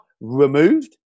removed